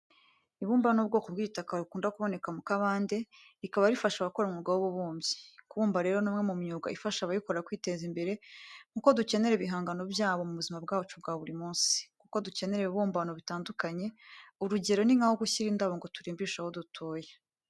Ibumba ni ubwoko bw'igitaka bukunda kuboneka mu kabande rikaba rifasha abakora umwuga w'ububumbyi. Kubumba rero ni umwe mu myuga ifasha abayikora kwiteza imbere kuko dukenera ibihangano byabo mu buzima bwacu bwa buri munsi, kuko dukenera ibibumbano bitandukanye, urugero ni nk'aho gushyira indabo ngo turimbishe aho dutuye.